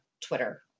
Twitter